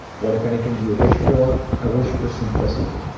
what if anything do you wish for? i wish for simplicity.